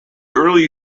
early